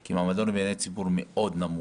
כי מעמדנו בעיני הציבור מאוד נמוך.